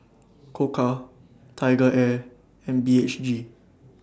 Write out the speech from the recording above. Koka TigerAir and B H G